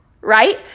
right